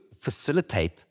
facilitate